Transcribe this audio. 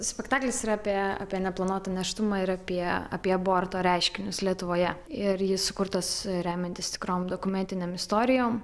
spektaklis yra apie apie neplanuotą nėštumą ir apie apie aborto reiškinius lietuvoje ir jis sukurtas remiantis tikrom dokumentinėm istorijom